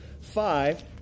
five